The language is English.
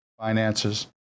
finances